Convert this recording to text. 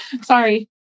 Sorry